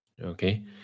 Okay